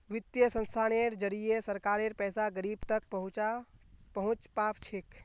वित्तीय संस्थानेर जरिए सरकारेर पैसा गरीब तक पहुंच पा छेक